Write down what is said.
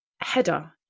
header